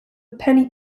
penny